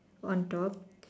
on top